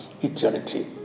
Eternity